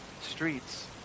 streets